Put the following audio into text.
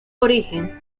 origen